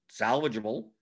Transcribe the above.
salvageable